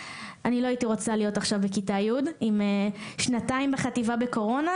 אני לא הייתי רוצה להיות עכשיו בכיתה י' עם שנתיים בחטיבה בקורונה,